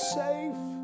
safe